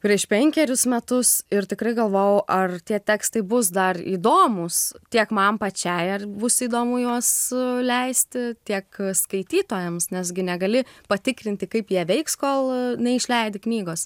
prieš penkerius metus ir tikrai galvojau ar tie tekstai bus dar įdomūs tiek man pačiai ar bus įdomu juos leisti tiek skaitytojams nes gi negali patikrinti kaip jie veiks kol neišleidi knygos